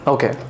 Okay